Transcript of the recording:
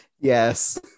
Yes